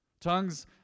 Tongues